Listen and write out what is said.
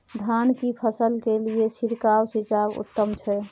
धान की फसल के लिये छिरकाव सिंचाई उत्तम छै?